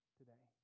today